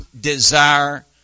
desire